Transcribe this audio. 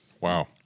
Wow